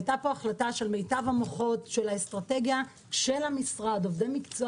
הייתה פה החלטה של מיטב המוחות של האסטרטגיה במשרד עובדי מקצוע